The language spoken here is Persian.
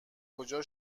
کجا